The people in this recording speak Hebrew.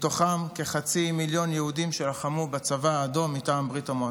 ומתוכם כחצי מיליון יהודים שלחמו בצבא האדום של ברית המועצות.